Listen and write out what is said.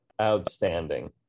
outstanding